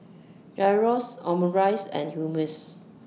Gyros Omurice and Hummus